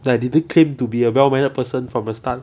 I didn't claim to be a well mannered person from the start